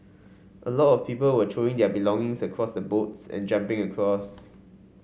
a lot of people were throwing their belongings across the boats and jumping across